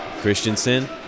Christensen